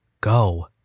go